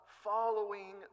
following